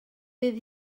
bydd